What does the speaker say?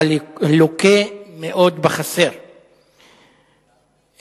הלוקה מאוד בחסר,